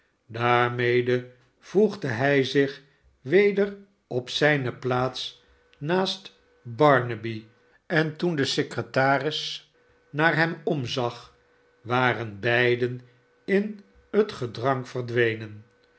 daarmede voegde hij zich weder op zijne plaats naast barnaby en toen de secretans mar hem omzag waren beiden in het gedrang verdwenen